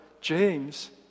james